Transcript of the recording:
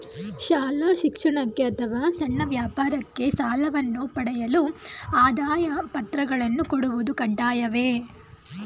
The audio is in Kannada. ಶಾಲಾ ಶಿಕ್ಷಣಕ್ಕೆ ಅಥವಾ ಸಣ್ಣ ವ್ಯಾಪಾರಕ್ಕೆ ಸಾಲವನ್ನು ಪಡೆಯಲು ಆದಾಯ ಪತ್ರಗಳನ್ನು ಕೊಡುವುದು ಕಡ್ಡಾಯವೇ?